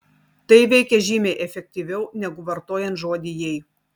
tai veikia žymiai efektyviau negu vartojant žodį jei